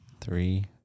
Three